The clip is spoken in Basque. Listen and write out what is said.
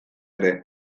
ere